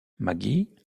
maggie